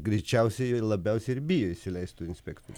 greičiausiai labiausiai bijo įsileisti tų inspektorių